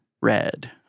red